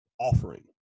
offering